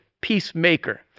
peacemaker